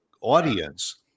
audience